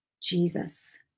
Jesus